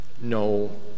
No